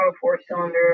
four-cylinder